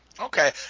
Okay